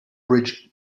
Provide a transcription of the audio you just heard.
bridge